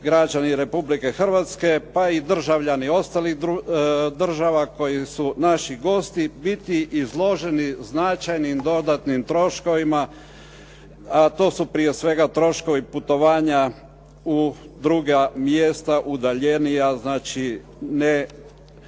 građani Republike Hrvatske pa i državljani ostalih država koji su naši gosti biti izloženi značajnim dodatnim troškovima a to su prije svega troškovi putovanja u druga mjesta, udaljenija, znači ne